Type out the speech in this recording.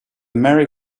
merry